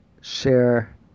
share